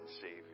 Savior